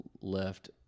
left